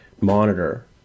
monitor